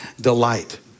delight